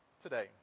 today